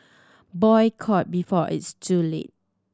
boycott before it's too late